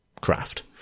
craft